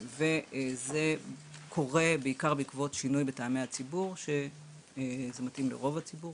וזה קורה בעיקר בעקבות שינוי בטעמי הציבור שזה מתאים לרוב הציבור,